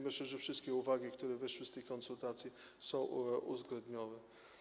Myślę, że wszystkie uwagi, które wyszły z tych konsultacji, są uwzględnione.